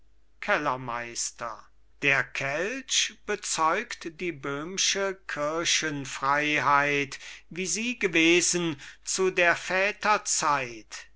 kellermeister der kelch bezeugt die böhmsche kirchenfreiheit wie sie gewesen zu der väter zeit